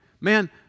man